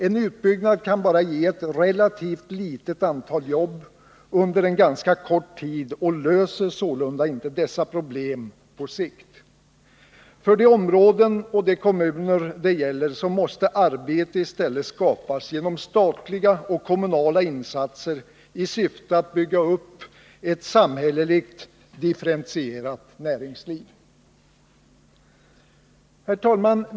En utbyggnad kan bara ge ett relativt litet antal jobb under en ganska kort tid och löser sålunda inte dessa problem på sikt. För de områden och de kommuner det gäller måste arbete i stället skapas genom statliga och kommunala insatser i syfte att bygga upp ett samhälleligt Herr talman!